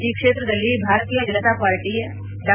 ಈ ಕ್ಷೇತ್ರದಲ್ಲಿ ಭಾರತೀಯ ಜನತಾ ಪಾರ್ಟಿ ಡಾ